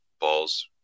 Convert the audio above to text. balls